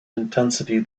intensity